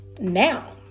Now